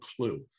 clue